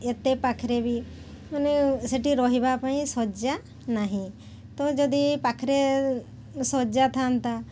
ଏତେ ପାଖରେ ବି ମାନେ ସେଠି ରହିବା ପାଇଁ ଶଯ୍ୟା ନାହିଁ ତ ଯଦି ପାଖରେ ଶଯ୍ୟା ଥାଆନ୍ତା